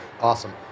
awesome